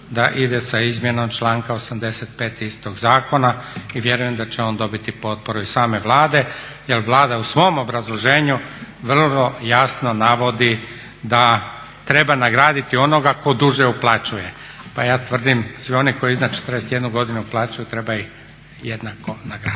da ide sa izmjenom članka 85.istog zakona i vjerujem da će on dobiti i potporu i same Vlade, jer Vlada u svom obrazloženju vrlo jasno navodi da treba nagraditi onoga tko duže uplaćuje. Pa ja tvrdim svi oni koji iznad 41 godinu uplaćuju treba ih jednako nagraditi.